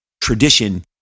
tradition